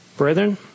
Brethren